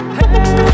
Hey